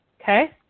Okay